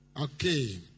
Okay